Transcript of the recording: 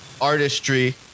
artistry